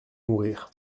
mourir